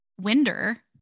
Winder